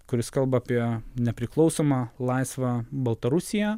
kuris kalba apie nepriklausomą laisvą baltarusiją